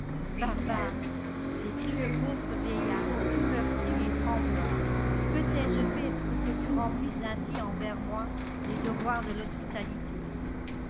barbare s'écrie le pauvre vieillard tout meurtri et tremblant que t'ai-je fait pour que tu remplisses ainsi envers moi les devoirs de l'hospitalité